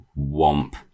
Womp